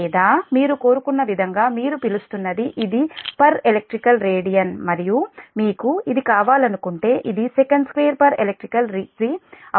లేదా మీరు కోరుకున్న విధంగా మీరు పిలుస్తున్నది ఇది elect radian మరియు మీకు ఇది కావాలనుకుంటే ఇది sec2 elect degree అవుతుంది